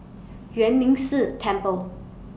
Yuan Ming Si Temple